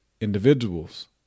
individuals